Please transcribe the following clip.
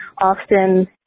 often